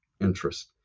interest